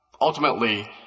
ultimately